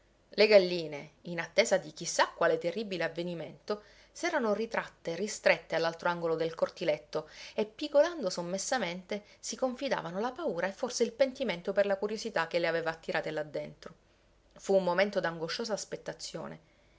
le galline in attesa di chi sa quale terribile avvenimento s'erano ritratte ristrette all'altro angolo del cortiletto e pigolando sommessamente si confidavano la paura e forse il pentimento per la curiosità che le aveva attirate là dentro fu un momento d'angosciosa